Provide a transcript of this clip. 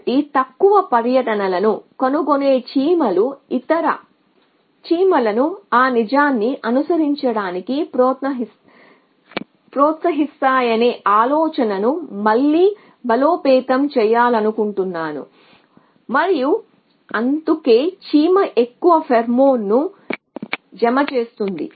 కాబట్టి తక్కువ పర్యటనలను కనుగొనే చీమలు ఇతర చీమలను ఆ నిజాన్ని అనుసరించడానికి ప్రోత్సహిస్తాయనే ఆలోచనను మళ్ళీ బలోపేతం చేయాలనుకుంటున్నాము మరియు అందుకే చీమ ఎక్కువ ఫేర్మోన్ను జమ చేస్తుంది